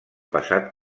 passat